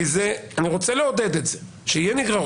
כי אני רוצה לעודד יותר נגררות.